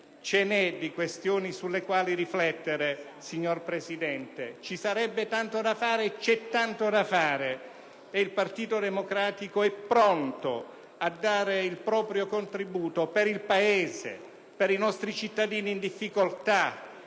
ne sono di questioni sulle quali riflettere, signor Presidente. Ci sarebbe e c'è tanto da fare e il Partito Democratico è pronto a dare il proprio contributo per il Paese e per i nostri cittadini in difficoltà,